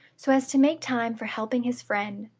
so as to make time for helping his friend.